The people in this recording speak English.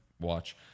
watch